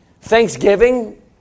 Thanksgiving